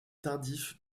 tardif